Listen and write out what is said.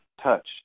touch